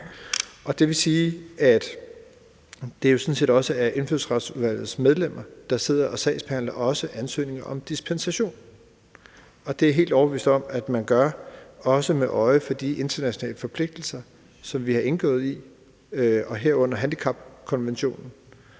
set også sige, at det er Indfødsretsudvalgets medlemmer, der sidder og sagsbehandler ansøgninger om dispensation, og det er jeg også helt overbevist om at man gør med øje for de internationale forpligtelser, som vi har indgået, herunder handicapkonventionen,